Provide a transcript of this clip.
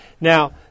Now